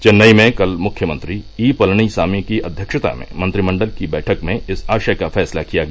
चेन्नई में कल मुख्यमंत्री ईपलनीसामी की अघ्यक्षता में मंत्रिमंडल की बैठक में इस आशय का फैसला किया गया